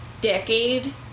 decade